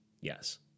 Yes